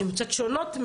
הן קצת שונות,